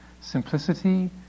simplicity